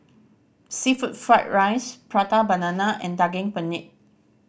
seafood fried rice Prata Banana and Daging Penyet